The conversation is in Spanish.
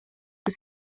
que